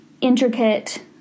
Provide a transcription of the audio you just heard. intricate